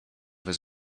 his